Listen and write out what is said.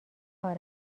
کار